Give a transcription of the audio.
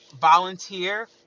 volunteer